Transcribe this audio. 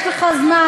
יש לך זמן.